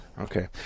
Okay